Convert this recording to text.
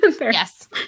Yes